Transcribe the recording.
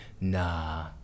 nah